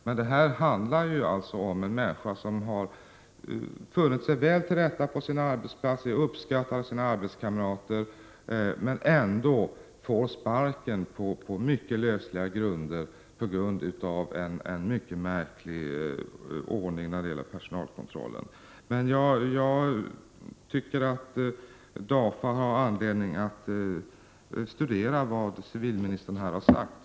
Detta fall handlar om en människa som har funnit sig väl till rätta på sin arbetsplats, som är uppskattad av sina arbetskamrater men ändå får avsked på mycket lösa grunder till följd av en mycket märklig ordning beträffande personalkontrollen. Jag tycker att DAFA har anledning att studera vad civilministern här har sagt.